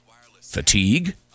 Fatigue